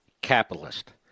capitalist